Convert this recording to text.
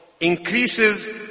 increases